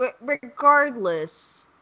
regardless